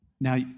Now